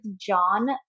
John